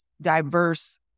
diverse